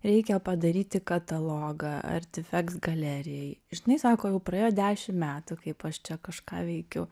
reikia padaryti katalogą artifeks galerijai žinai sako jau praėjo dešimt metų kaip aš čia kažką veikiu